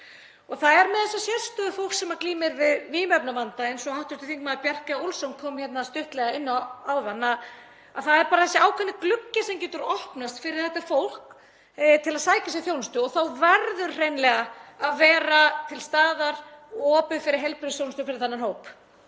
Það er með þessa sérstöðu fólks sem glímir við vímuefnavanda, eins og hv. þm. Bjarkey Olsen Gunnarsdóttir kom stuttlega inn á áðan, að það er bara þessi ákveðni gluggi sem getur opnast fyrir þetta fólk til að sækja sér þjónustu og þá verður hreinlega að vera til staðar og opið fyrir heilbrigðisþjónustu fyrir þennan hóp.